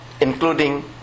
including